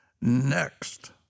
Next